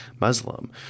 Muslim